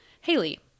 Haley